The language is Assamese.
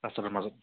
ৰাস্তাটোৰ মাজত